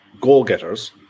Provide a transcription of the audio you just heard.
goal-getters